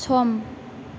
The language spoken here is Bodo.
सम